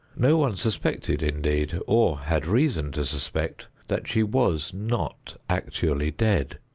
no one suspected, indeed, or had reason to suspect, that she was not actually dead.